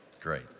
Great